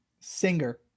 Singer